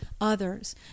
others